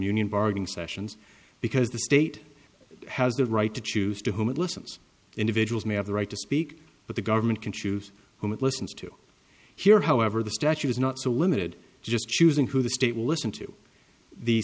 union bargaining sessions because the state has the right to choose to whom it listens individuals may have the right to speak but the government can choose whom it listens to hear however the statute is not so limited just choosing who the state will listen to the